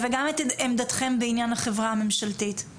וגם את עמדתכם בעניין החברה הממשלתית.